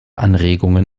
anregungen